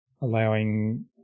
allowing